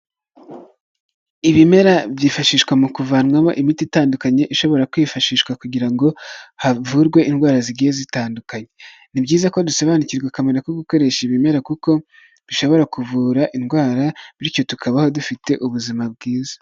Ibimera byifashishwa mu kuvanwamo imiti itandukanye ishobora kwifashishwa kugira ngo havurwe indwara zigiye zitandukanye, ni byiza ko dusobanukirwa akamaro ko gukoresha ibimera kuko bishobora kuvura indwara bityo tukabaho dufite ubuzima bwiza.